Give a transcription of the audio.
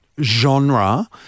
genre